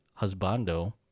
husbando